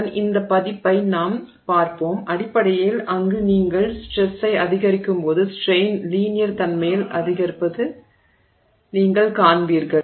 அதன் இந்த பதிப்பை நாம் பார்ப்போம் அடிப்படையில் அங்கு நீங்கள் ஸ்ட்ரெஸ்ஸை அதிகரிக்கும்போது ஸ்ட்ரெய்ன் லீனியர் தன்மையில் அதிகரிப்பதை நீங்கள் காண்பீர்கள்